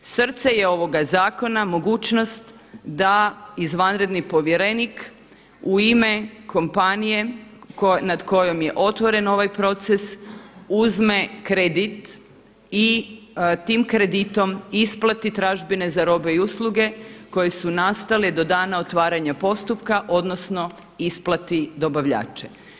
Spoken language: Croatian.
Srce je ovoga zakona mogućnost da izvanredni povjerenik u ime kompanije nad kojom je otvoren ovaj proces uzme kredit i tim kreditom isplati tražbine za robe i usluge koje su nastale do dana otvaranja postupka odnosno isplati dobavljača.